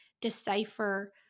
decipher